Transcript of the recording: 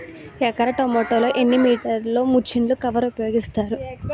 ఎకర టొమాటో లో ఎన్ని మీటర్ లో ముచ్లిన్ కవర్ ఉపయోగిస్తారు?